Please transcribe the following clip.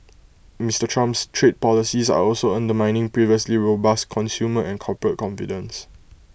Mister Trump's trade policies are also undermining previously robust consumer and corporate confidence